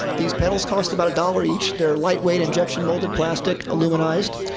these petals cost about a dollar each they're lightweight, injection-molded plastic, aluminized.